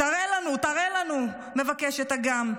"תראה לנו, תראה לנו", מבקשת אגם.